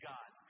God